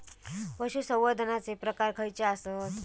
पशुसंवर्धनाचे प्रकार खयचे आसत?